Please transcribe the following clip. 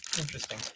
interesting